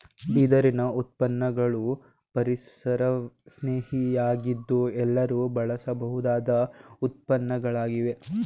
ಬಿದಿರಿನ ಉತ್ಪನ್ನಗಳು ಪರಿಸರಸ್ನೇಹಿ ಯಾಗಿದ್ದು ಎಲ್ಲರೂ ಬಳಸಬಹುದಾದ ಉತ್ಪನ್ನಗಳಾಗಿವೆ